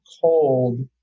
cold